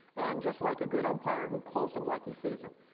and just like a good umpire who calls them like he sees them,